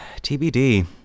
TBD